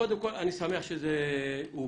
קודם כל, אני שמח שזה הוגש,